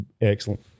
excellent